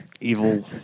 Evil